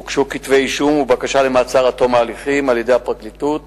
הוגשו כתבי אישום ובקשה למעצר עד תום ההליכים על-ידי פרקליטות